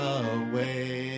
away